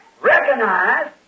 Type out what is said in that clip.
recognize